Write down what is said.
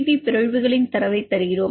B பிறழ்வுகளின் தரவை தருகிறோம்